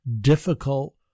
difficult